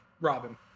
Robin